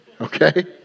Okay